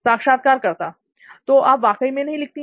साक्षात्कारकर्ता तो आप वाकई में नहीं लिखती हैं